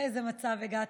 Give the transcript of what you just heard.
לאיזה מצב הגעת,